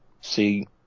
See